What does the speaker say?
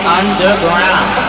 underground